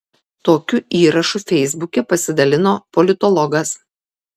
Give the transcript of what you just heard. tokiu įrašu feisbuke pasidalino politologas